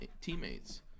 teammates